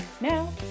Now